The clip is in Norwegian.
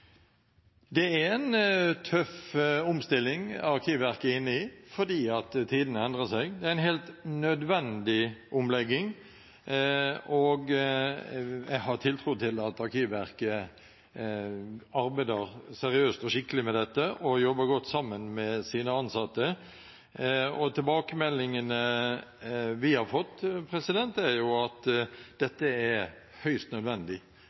Det er en tøff omstilling Arkivverket er inne i – fordi tidene endrer seg. Det er en helt nødvendig omlegging. Jeg har tiltro til at Arkivverket arbeider seriøst og skikkelig med dette og jobber godt sammen med sine ansatte. Tilbakemeldingene vi har fått, er at dette er høyst nødvendig.